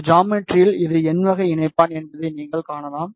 இந்த ஜாமெட்ரியில் இது n வகை இணைப்பான் என்பதை நீங்கள் காணலாம்